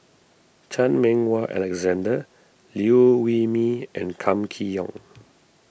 Chan Meng Wah Alexander Liew Wee Mee and Kam Kee Yong